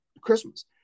Christmas